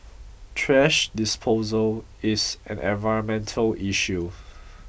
trash disposal is an environmental issue